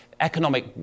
economic